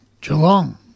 Geelong